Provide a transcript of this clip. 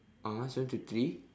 (uh huh) seven to three